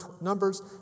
Numbers